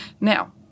Now